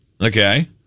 Okay